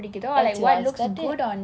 that's your aesthethic